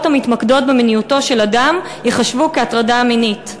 המתמקדות במיניותו של אדם ייחשבו הטרדה מינית,